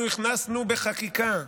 אנחנו הכנסנו בחקיקה,